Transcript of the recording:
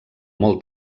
molt